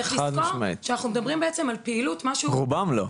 רובם לא.